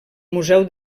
museu